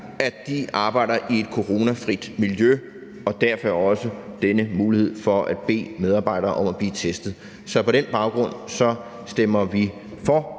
at de arbejder i et coronafrit miljø. Derfor også denne mulighed for at bede medarbejdere om at blive testet. På den baggrund stemmer vi for